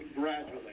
gradually